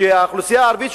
שהאוכלוסייה הערבית,